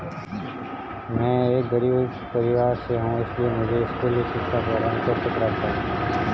मैं एक गरीब परिवार से हूं इसलिए मुझे स्कूली शिक्षा पर ऋण कैसे प्राप्त होगा?